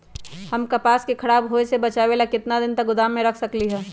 हम कपास के खराब होए से बचाबे ला कितना दिन तक गोदाम में रख सकली ह?